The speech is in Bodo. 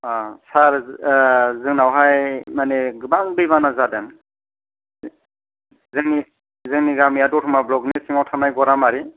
सार जोंनावहाय मानि गोबां दैबाना जादों जोंनि गामिया दत'मा ब्लकनि सिङाव थानाय ग'रामारि